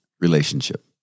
relationship